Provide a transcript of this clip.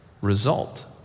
result